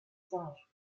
singes